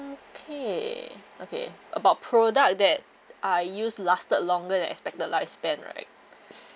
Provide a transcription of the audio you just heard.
okay okay about product that I use lasted longer than expected lifespan right